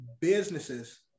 businesses